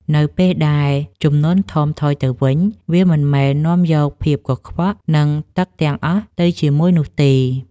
នៅពេលដែលជំនន់ថមថយទៅវិញ វាមិនមែននាំយកភាពកខ្វក់ និងទឹកទាំងអស់ទៅជាមួយនោះទេ។